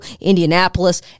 Indianapolis